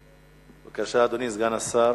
בבקשה, אדוני, סגן השר.